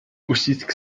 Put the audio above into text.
uścisk